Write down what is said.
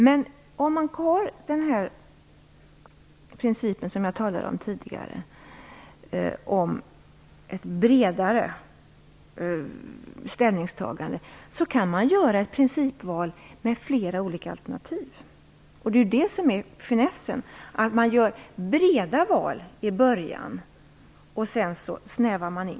Men om man tillämpar principen, som jag talade om tidigare, med ett bredare ställningstagande, så kan man göra ett principval utifrån flera olika alternativ. Finessen är ju att man gör breda val i början och sedan snävar in.